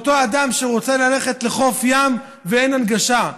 את אותו אדם שרוצה ללכת לחוף ים ואין הנגשה,